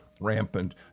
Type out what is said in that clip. rampant